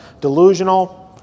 Delusional